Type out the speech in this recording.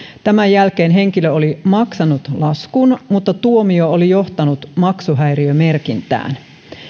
tämän jälkeen henkilö oli maksanut laskun mutta tuomio oli johtanut maksuhäiriömerkintään